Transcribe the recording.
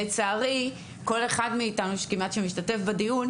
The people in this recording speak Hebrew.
לצערי כל אחד מאיתנו שכמעט שמשתתף בדיון,